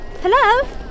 Hello